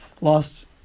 lost